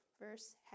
verse